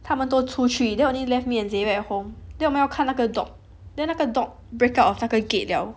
他们都出去 two three then only left me and Xavier at home then 我没有看那个 dog then 那个 dog break out of 那个 gate 了